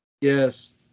yes